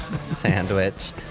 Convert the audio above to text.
sandwich